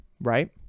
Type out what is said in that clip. right